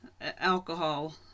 alcohol